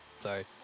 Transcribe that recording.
sorry